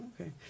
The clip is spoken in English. okay